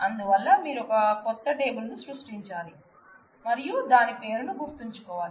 అందువల్ల మీరు ఒక కొత్త టేబుల్ సృష్టించాలి మరియు దాని పేరును గుర్తుంచుకోవాలి